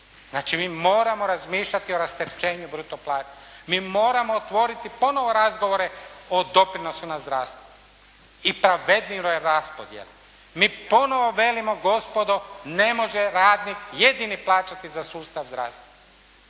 Znači mi moramo razmišljati o rasterećenju bruto plaće. Mi moramo otvoriti ponovo razgovore o doprinosima zdravstvu i pravednijoj raspodjeli. Mi ponovo velimo gospodo ne može radnik jedini plaćati za sustav zdravstva.